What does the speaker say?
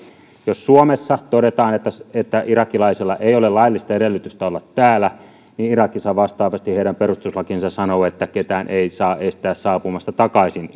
jos suomessa todetaan että irakilaisella ei ole laillista edellytystä olla täällä niin irakissa vastaavasti heidän perustuslakinsa pitäisi sanoa että ketään ei saa estää saapumasta takaisin